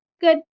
Good